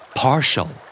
partial